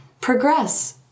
progress